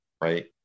right